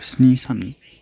स्नि सान